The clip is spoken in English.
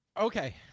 okay